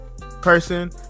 person